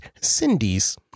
Cindy's